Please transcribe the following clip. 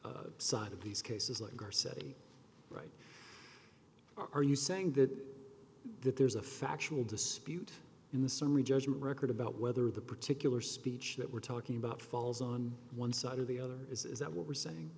side of these cases like darcy are you saying that that there's a factual dispute in the summary judgment record about whether the particular speech that we're talking about falls on one side or the other is that what we're saying